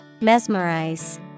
Mesmerize